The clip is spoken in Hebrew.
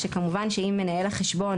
שכמובן אם מנהל החשבון,